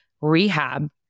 rehab